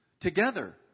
together